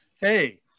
Hey